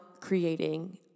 creating